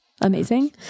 Amazing